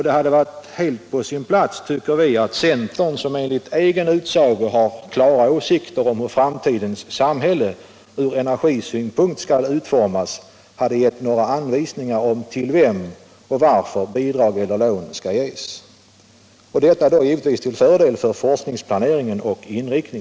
Det hade varit helt på sin plats, tycker vi, att centern som enligt egen utsago har klara åsikter om hur framtidens samhälle från energisynpunkt skall utformas hade givit några anvisningar om till vem och varför bidrag eller lån skall ges. Detta skulle givetvis ha varit till fördel för forskningsplaneringen och dess inriktning.